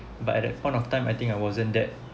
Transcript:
but at that point of time I think I wasn't that